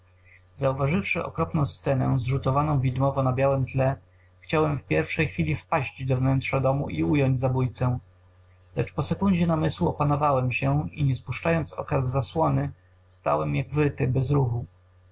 zauważywszy okropną scenę zrzutowaną widmowo na białem tle chciałem w pierwszej chwili wpaść do wnętrza domu i ująć zabójcę lecz po sekundzie namysłu opanowałem się i nie spuszczając oka z zasłony stałem jak wryty bez ruchu